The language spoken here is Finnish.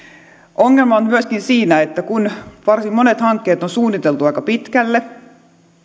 ongelma on myöskin siinä että varsin monet hankkeet on suunniteltu aika pitkälle